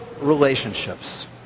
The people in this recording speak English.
relationships